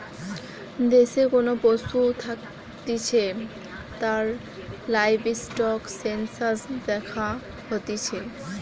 দেশে কোন পশু থাকতিছে তার লাইভস্টক সেনসাস দ্যাখা হতিছে